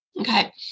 okay